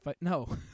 No